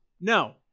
No